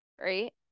Right